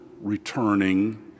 returning